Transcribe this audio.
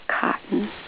cotton